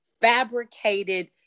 fabricated